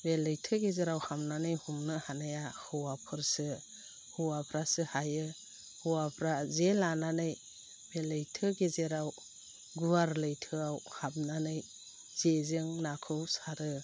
बे लैथो गेजेराव हाबनानै हमनो हानाया हौवाफोरसो हौवाफ्रासो हायो हौवाफ्रा जे लानानै बे लैथो गेजेराव गुवार लैथोआव हाबनानै जेजों नाखौ सारो